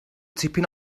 tipyn